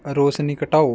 ਰੋਸ਼ਨੀ ਘਟਾਓ